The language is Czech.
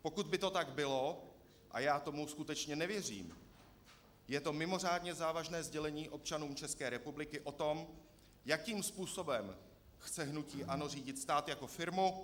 Pokud by to tak bylo a já tomu skutečně nevěřím je to mimořádně závažné sdělení občanům České republiky o tom, jakým způsobem chce hnutí ANO řídit stát jako firmu.